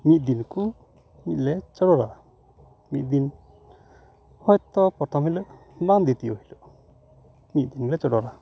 ᱢᱤᱫ ᱫᱤᱱ ᱨᱮᱠᱚ ᱞᱮ ᱪᱚᱰᱚᱨᱟᱫᱟ ᱢᱤᱫ ᱫᱤᱱ ᱦᱚᱭᱛᱳ ᱯᱚᱛᱷᱚᱢ ᱦᱤᱞᱳ ᱵᱟᱝ ᱫᱤᱛᱤᱭᱳ ᱦᱤᱞᱳ ᱢᱤᱫ ᱫᱤᱱ ᱞᱮ ᱪᱚᱰᱚᱨᱟ